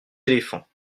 éléphants